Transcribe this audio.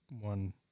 one